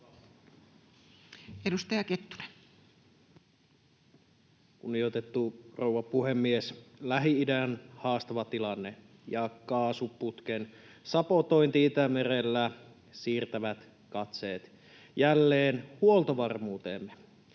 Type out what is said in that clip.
00:43 Content: Kunnioitettu rouva puhemies! Lähi-idän haastava tilanne ja kaasuputken sabotointi Itämerellä siirtävät katseet jälleen huoltovarmuuteemme.